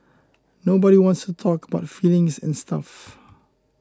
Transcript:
nobody wants to talk about feelings and stuff